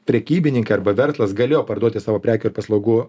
prekybininkai arba verslas galėjo parduoti savo prekių ir paslaugų